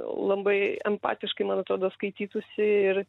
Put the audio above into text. labai empatiškai man atrodo skaitytųsi ir